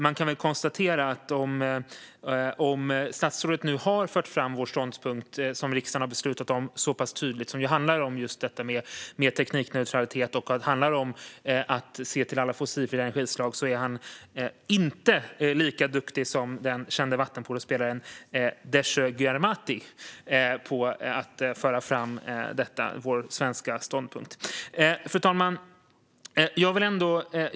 Man kan konstatera att om statsrådet nu har fört fram vår ståndpunkt, som riksdagen har beslutat om så pass tydligt - det gäller detta med teknikneutralitet och att se till alla fossilfria energislag -, är han inte lika duktig som den kände vattenpolospelaren Dezso Gyarmati på att föra fram vår svenska ståndpunkt. Fru talman!